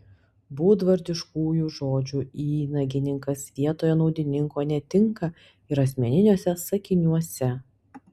būdvardiškųjų žodžių įnagininkas vietoj naudininko netinka ir asmeniniuose sakiniuose